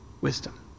wisdom